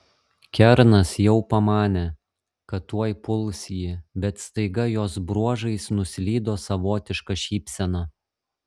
kernas jau pamanė kad tuoj puls jį bet staiga jos bruožais nuslydo savotiška šypsena